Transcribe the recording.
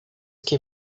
que